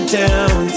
down